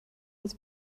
als